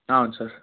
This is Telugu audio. అవును సార్